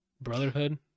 Brotherhood